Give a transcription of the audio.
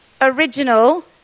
original